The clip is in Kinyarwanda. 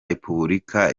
repubulika